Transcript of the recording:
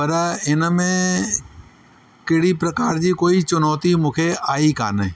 पर इनमें कहिड़ी प्रकार जी कोई चुनौती मूंखे आयी कोन्हे